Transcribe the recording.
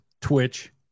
twitch